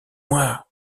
moi